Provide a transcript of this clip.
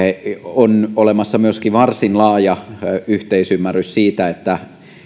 on olemassa myöskin varsin laaja yhteisymmärrys siitä että